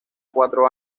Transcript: cuatro